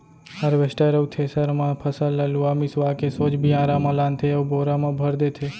harvester अउ thresher म फसल ल लुवा मिसवा के सोझ बियारा म लानथे अउ बोरा म भर देथे